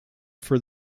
for